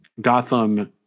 Gotham